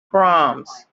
proms